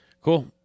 Cool